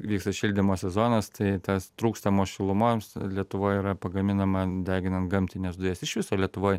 vyksta šildymo sezonas tai tas trūkstamos šilumos lietuvoj yra pagaminama deginant gamtines dujas iš viso lietuvoj